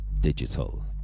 Digital